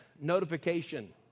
notification